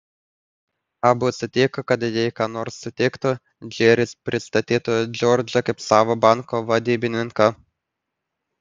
abu sutiko kad jei ką nors sutiktų džeris pristatytų džordžą kaip savo banko vadybininką